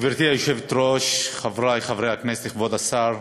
גברתי היושבת-ראש, חברי חברי הכנסת, כבוד השר,